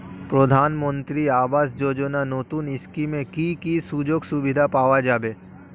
প্রধানমন্ত্রী আবাস যোজনা নতুন স্কিমে কি কি সুযোগ সুবিধা পাওয়া যাবে?